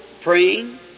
praying